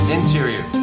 Interior